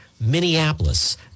Minneapolis